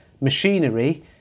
machinery